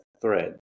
thread